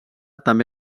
també